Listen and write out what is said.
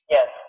Yes